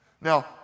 Now